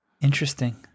Interesting